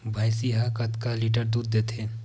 भंइसी हा कतका लीटर दूध देथे?